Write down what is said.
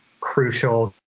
crucial